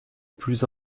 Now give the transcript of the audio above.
plus